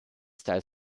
styles